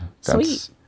Sweet